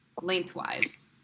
lengthwise